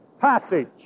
passage